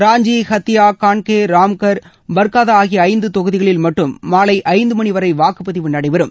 ராஞ்சி ஹத்தியா கன்கே ராம்தர் பர்கதா ஆகிய ஐந்து தொகுதிகளில் மட்டும் மாலை ஐந்து மணி வரை வாக்குப்பதிவு நடைபெறும்